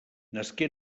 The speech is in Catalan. nasqué